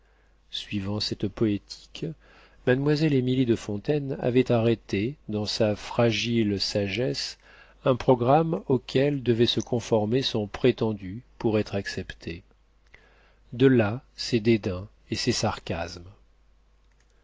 suivant cette poétique mademoiselle émilie de fontaine avait arrêté dans sa fragile sagesse un programme auquel devait se conformer son prétendu pour être accepté de là ses dédains et ses sarcasmes